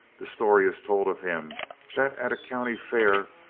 the story is told of him that at a county fair,